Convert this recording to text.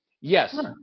Yes